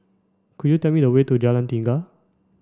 could you tell me the way to Jalan Tiga